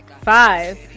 five